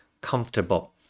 comfortable